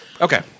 Okay